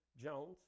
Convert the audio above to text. Jones